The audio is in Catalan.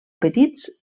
petits